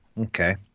Okay